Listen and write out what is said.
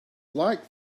like